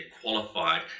qualified